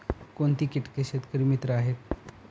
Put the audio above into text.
कोणती किटके शेतकरी मित्र आहेत?